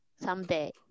someday